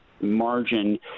margin